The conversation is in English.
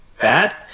bad